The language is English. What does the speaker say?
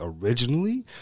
originally